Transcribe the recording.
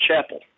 chapel